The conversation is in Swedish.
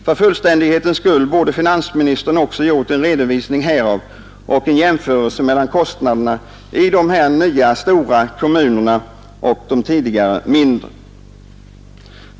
För fullständighetens skull borde finansministern också gjort en redovisning härav och en jämförelse mellan kostnaderna i de nya stora kommunerna och de tidigare mindre.